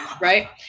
right